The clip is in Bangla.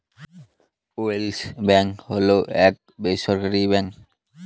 ইয়েস ব্যাঙ্ক হল এক বেসরকারি ব্যাঙ্ক